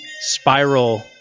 spiral